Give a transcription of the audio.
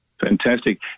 Fantastic